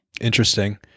interesting